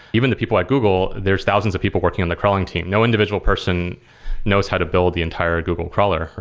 even the people at google, there're thousands of people working on the crawling team. no individual person knows how to build the entire google crawler.